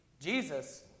Jesus